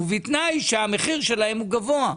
ובתנאי שהמחיר שלהם הוא גבוה.